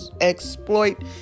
exploit